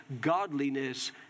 godliness